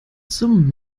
zum